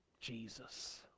Jesus